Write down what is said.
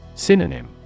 Synonym